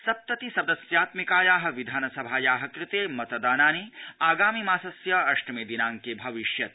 सप्तति सदस्यात्मिकाया विधानसभाया कृते मतदानानि आगामि मासस्य अष्टमे दिनाड़के भविष्यति